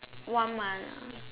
one month ah